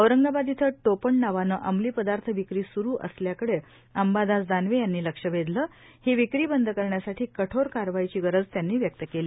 औरंगाबाद इथं टोपणनावाने अंमलीपदार्थ विक्री सुरू असल्याकडे अंबादास दानवे यांनी लक्ष वेधलं ही विक्री बंद करण्यासाठी कठोर कारवाईची गरज त्यांनी व्यक्त केली